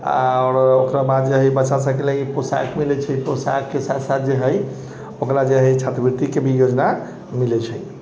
आ ओकरा बाद जे हइ बच्चा सभके लिए पोशाक मिलै छै पोशाकके साथ साथ जे हइ ओकरा जे हइ छात्रवृत्तिके भी योजना मिलै छै